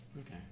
Okay